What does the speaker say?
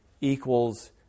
equals